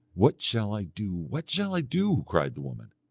what shall i do? what shall i do cried the woman.